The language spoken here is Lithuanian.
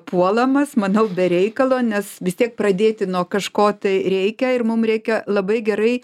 puolamas manau be reikalo nes vis tiek pradėti nuo kažko tai reikia ir mum reikia labai gerai